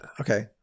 okay